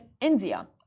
India